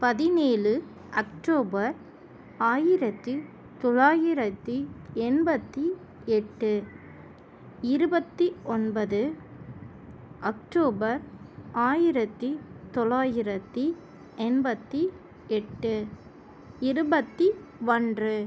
பதினேழு அக்டோபர் ஆயிரத்து தொள்ளாயிரத்து எண்பத்து எட்டு இருபத்து ஒன்பது அக்டோபர் ஆயிரத்து தொள்ளாயிரத்து எண்பத்து எட்டு இருபத்து ஒன்று